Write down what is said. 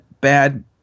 bad